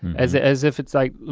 as as if it's like,